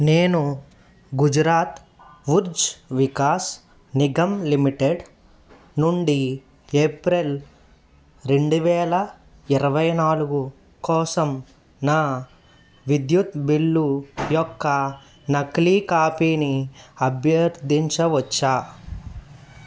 నేను గుజరాత్ ఉర్జ్ వికాస్ నిగమ్ లిమిటెడ్ నుండి ఏప్రిల్ రెండువేల ఇరవై నాలుగు కోసం నా విద్యుత్ బిల్లు యొక్క నకిలీ కాపీని అభ్యర్థించవచ్చా